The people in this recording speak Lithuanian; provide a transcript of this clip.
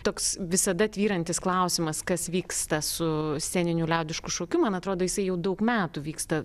toks visada tvyrantis klausimas kas vyksta su sceniniu liaudišku šokiu man atrodo jisai jau daug metų vyksta